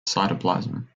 cytoplasm